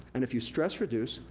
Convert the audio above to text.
and if you stress reduce,